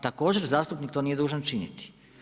Također zastupnik to nije dužan činiti.